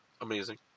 Amazing